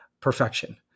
perfection